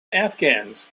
afghans